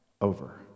over